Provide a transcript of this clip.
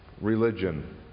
religion